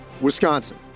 Wisconsin